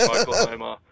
Oklahoma